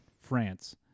France